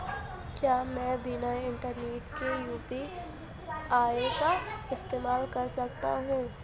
क्या मैं बिना इंटरनेट के यू.पी.आई का इस्तेमाल कर सकता हूं?